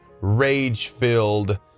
rage-filled